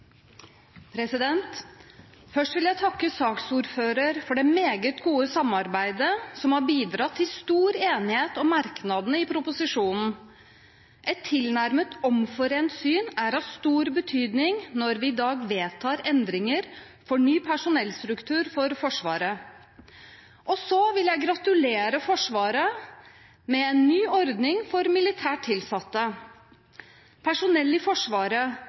Først vil jeg takke saksordføreren for det meget gode samarbeidet, som har bidratt til stor enighet om merknadene til proposisjonen. Et tilnærmet omforent syn er av stor betydning når vi i dag vedtar endringer om ny personellstruktur for Forsvaret. Så vil jeg gratulere Forsvaret med en ny ordning for militært tilsatte. Personell i Forsvaret,